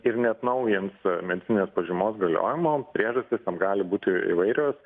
ir neatnaujins medicininės pažymos galiojimo priežastys tam gali būti įvairios